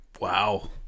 Wow